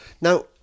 Now